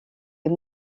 des